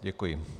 Děkuji.